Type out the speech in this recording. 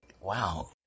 Wow